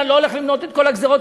אני לא הולך למנות את כל הגזירות,